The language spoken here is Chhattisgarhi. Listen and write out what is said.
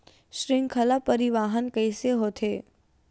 श्रृंखला परिवाहन कइसे होथे?